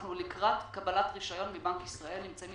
אנחנו לקראת קבלת רישיון מבנק ישראל ונמצאים